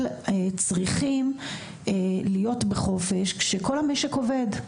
צריכים להיות בחופש כשכל המשק עובד?